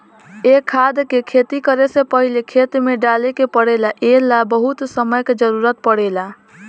ए खाद के खेती करे से पहिले खेत में डाले के पड़ेला ए ला बहुत समय के जरूरत पड़ेला